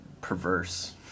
perverse